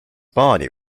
body